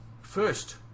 first